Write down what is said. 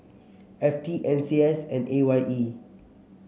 F T N C S and A Y E